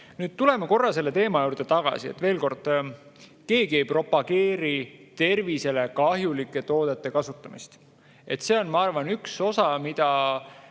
Nüüd tuleme korra selle teema juurde tagasi. Veel kord, keegi ei propageeri tervisele kahjulike toodete kasutamist. See on, ma arvan, üks osa, mida